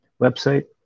website